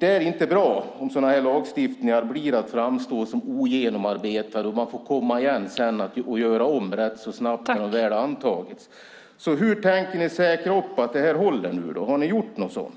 Det är inte bra om det blir så att sådana här lagstiftningar framstår som ogenomarbetade och man får återkomma och göra om rätt så snabbt sedan de väl antagits. Hur tänker ni säkra upp att det här håller? Har ni gjort någonting sådant?